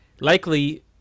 likely